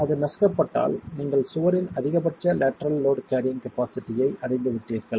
அது நசுக்கப்பட்டால் நீங்கள் சுவரின் அதிகபட்ச லேட்டரல் லோட் கேரியிங் கபாசிட்டி ஐ அடைந்துவிட்டீர்கள்